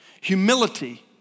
Humility